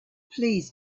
please